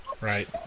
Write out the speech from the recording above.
Right